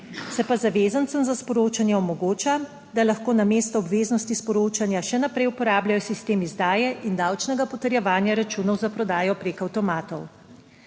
Se pa zavezancem za sporočanje omogoča, da lahko namesto obveznosti sporočanja še naprej uporabljajo sistem izdaje in davčnega potrjevanja računov za prodajo preko avtomatov.